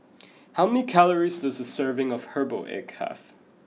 how many calories does a serving of Herbal Egg have